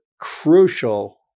crucial